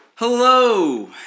Hello